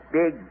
big